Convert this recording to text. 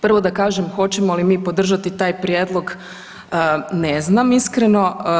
Prvo da kažem hoćemo li mi podržati taj prijedlog ne znam iskreno.